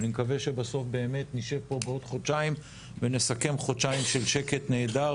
אני מקווה שבסוף באמת נשב פה בעוד חודשיים ונסכם חודשיים של שקט נהדר